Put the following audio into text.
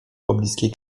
pobliskiej